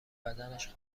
بدنش